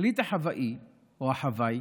החליט החוואִי, או החווַאי,